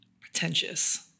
pretentious